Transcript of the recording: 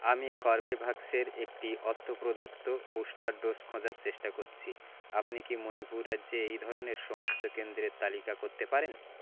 আমি কর্বেভ্যাক্সের একটি অর্থ প্রদত্ত বুস্টার ডোজ খোঁজার চেষ্টা করছি আপনি কি মণিপুর রাজ্যে এই ধরনের সমস্ত কেন্দ্রের তালিকা করতে পারেন